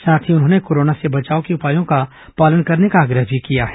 साथ ही उन्होंने कोरोना से बचाव के उपायों का पालन करने का आग्रह भी किया है